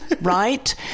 right